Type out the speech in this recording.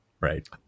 Right